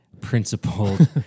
principled